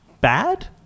bad